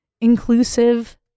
inclusive